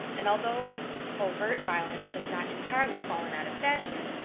and although overt violence has not entirely fallen out of fashion,